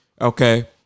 okay